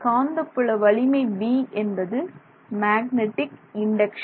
காந்தப் புல வலிமை 'B' என்பது மேக்னெட்டிக் இண்டக்சன்